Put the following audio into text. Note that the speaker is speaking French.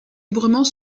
librement